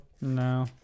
No